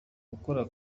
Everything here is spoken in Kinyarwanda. gukora